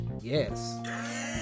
Yes